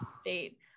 state